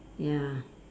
ya